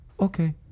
Okay